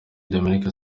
dominique